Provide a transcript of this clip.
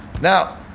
Now